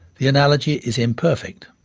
the analogy is imperfect.